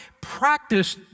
practice